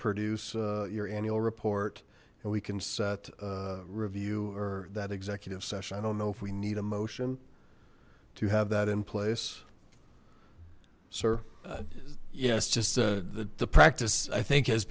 produce your annual report and we can set a review or that executive session i don't know if we need a motion to have that in place sir yes just the the practice i think has